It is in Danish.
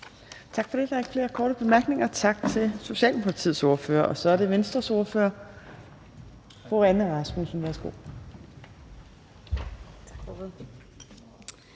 Tak for det. Der er ikke flere korte bemærkninger. Tak til Socialdemokratiets ordfører, og så er det Venstres ordfører, fru Anne Rasmussen. Værsgo.